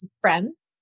friends